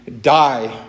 die